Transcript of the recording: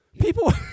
People